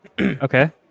Okay